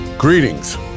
Greetings